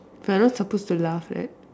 we're not supposed to laugh right